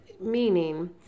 meaning